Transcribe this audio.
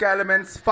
Elements